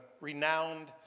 renowned